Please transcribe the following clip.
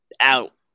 out